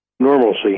Normalcy